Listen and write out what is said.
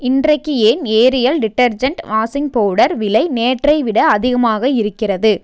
இன்றைக்கு ஏன் Ariel detergent washing powder விலை நேற்றை விட அதிகமாக இருக்கிறது